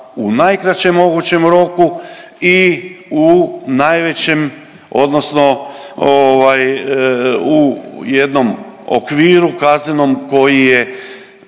u najkraćem mogućem roku i u najvećem odnosno ovaj u jednom okviru kaznenom koji je